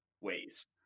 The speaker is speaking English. ways